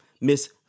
Miss